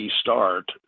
start